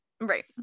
right